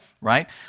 right